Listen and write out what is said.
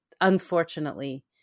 unfortunately